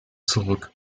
zurück